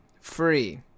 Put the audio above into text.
Free